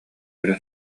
эрэ